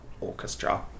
orchestra